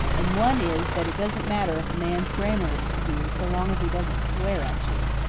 and one is that it doesn't matter if a man's grammar is askew, so long as he doesn't swear at you.